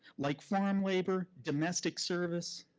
like farm labor, domestic services,